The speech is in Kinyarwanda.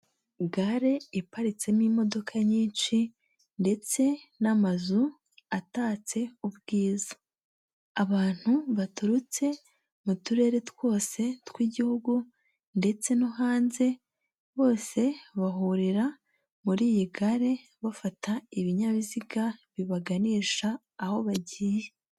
Gare iparitsemo imodoka nyinshi ndetse n'amazu atatse ubwiza, abantu baturutse mu turere twose tw'igihugu ndetse no hanze, bose bahurira muri iyi gare bafata ibinyabiziga bibaganisha aho bagiye.